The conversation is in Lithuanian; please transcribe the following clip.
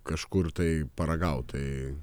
kažkur tai paragaut tai